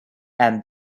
and